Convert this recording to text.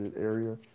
area